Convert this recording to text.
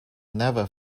never